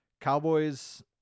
Cowboys